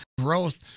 growth